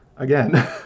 Again